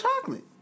chocolate